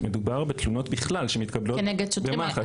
מדובר בתלונות בכלל שמתקבלות במח"ש, כנגד שוטרים.